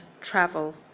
travel